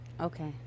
Okay